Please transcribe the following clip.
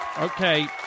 Okay